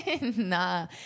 Nah